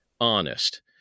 honest